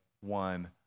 one